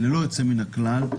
ללא יוצא מן הכלל,